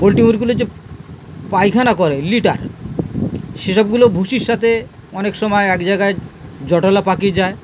poultry ওগুলো যে পায়খানা করে লিটার সেসবগুলো ভুষির সাথে অনেক সময় এক জায়গায় জটলা পাকিয়ে যায়